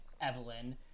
evelyn